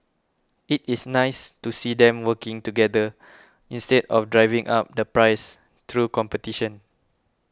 it is nice to see them working together instead of driving up the price through competition